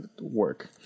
work